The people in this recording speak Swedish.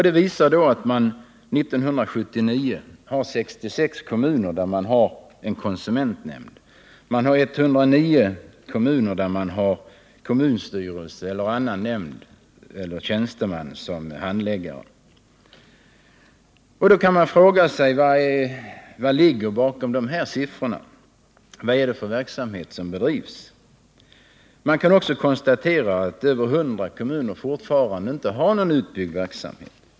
Den visar att det år 1979 fanns 66 kommuner med konsumentnämnd och 109 kommuner där kommunstyrelsen eller annan nämnd eller tjänsteman var handläggare. Då kan man fråga sig: Vad ligger bakom dessa siffror? Vad är det för verksamhet som bedrivs? Man kan också konstatera att över 100 kommuner fortfarande inte har någon utbyggd verksamhet.